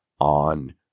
on